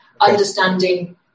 understanding